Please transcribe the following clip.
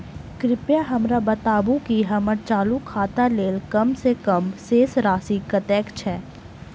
कृपया हमरा बताबू की हम्मर चालू खाता लेल कम सँ कम शेष राशि कतेक छै?